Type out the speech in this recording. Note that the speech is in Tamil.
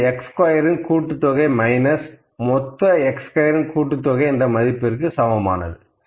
இது x ஸ்கொயரின் கூட்டுத்தொகை மைனஸ் மொத்த x ஸ்கொயரின் கூட்டுத்தொகை என்ற மதிப்பிற்கு சமமானது